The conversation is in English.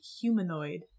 humanoid